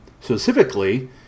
specifically